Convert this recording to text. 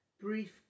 Brief